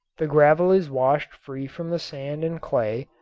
the gravel is washed free from the sand and clay,